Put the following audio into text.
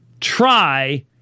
try